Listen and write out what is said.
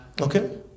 Okay